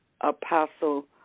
Apostle